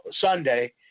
Sunday